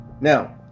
now